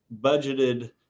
budgeted